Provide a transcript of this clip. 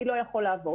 מי לא יכול לעבור.